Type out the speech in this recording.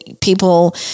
people